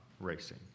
racing